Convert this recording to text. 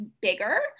bigger